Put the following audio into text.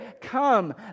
Come